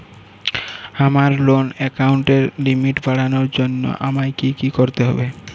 আমার লোন অ্যাকাউন্টের লিমিট বাড়ানোর জন্য আমায় কী কী করতে হবে?